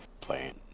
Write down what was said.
playing